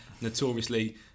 notoriously